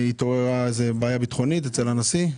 התעוררה בעיה ביטחונית אצל הנשיא?